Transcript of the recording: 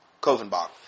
Kovenbach